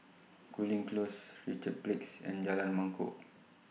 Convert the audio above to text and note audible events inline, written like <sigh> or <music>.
Cooling Close Richards <unintelligible> and Jalan Mangkok <noise>